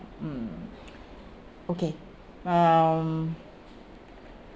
mm okay um